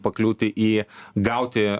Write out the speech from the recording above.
pakliūti į gauti